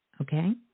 Okay